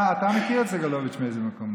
בכל אופן, אתה מכיר את סגלוביץ' מאיזה מקום.